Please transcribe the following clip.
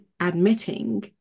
admitting